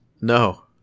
No